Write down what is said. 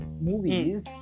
movies